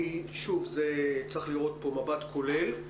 כי שוב צריך לראות פה מבט כולל,